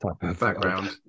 Background